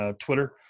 Twitter